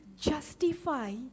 justify